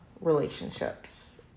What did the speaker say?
relationships